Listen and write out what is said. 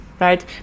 right